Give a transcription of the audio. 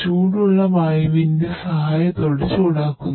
ചൂടുള്ള വായുവിന്റെ സഹായത്തോടെ ചൂടാക്കുന്നു